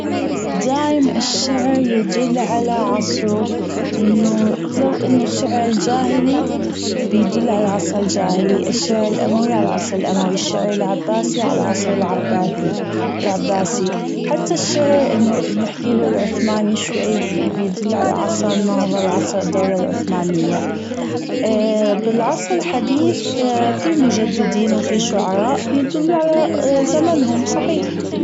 دايم الشعر يدل على عصره إنه لو إن الشعر جاهلي بيدل على العصر الجاهلي الشعر الاموي بيدل على العصر الاموي الشعر العباسي بيدل على العصر العباثي- العباسي حتى الشعر اللي نحكيله العثماني شوي بيدل علي عصر النهضة عصر الدولة العثمانية بالعصر الحديث في مجددين وفي شعراء بيدلوا على زمانهم صحيح.